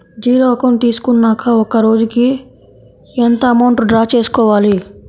Zero account తీసుకున్నాక ఒక రోజుకి ఎంత అమౌంట్ డ్రా చేసుకోవాలి?